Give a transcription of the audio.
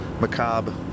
macabre